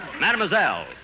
Mademoiselle